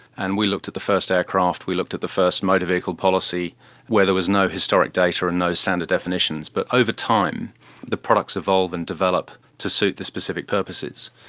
and we looked at the first aircraft, we looked at the first motor vehicle policy where there was no historic data and no standard definitions. but over time the products evolve and develop to suit the specific purposes.